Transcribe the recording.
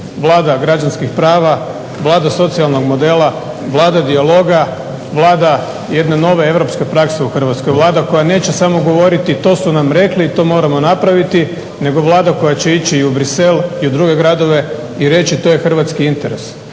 Vlada građanskih prava, Vlada socijalnog modela, Vlada dijaloga, Vlada jedne nove europske prakse u Hrvatskoj, Vlada koja neće samo govoriti to su nam rekli i to moramo napraviti nego Vlada koja će ići u Bruxelles i u druge gradove i reći to je hrvatski interes